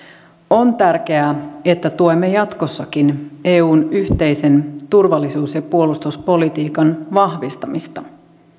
on tärkeää että tuemme jatkossakin eun yhteisen turvallisuus ja puolustuspolitiikan vahvistamista